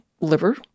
liver